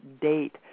date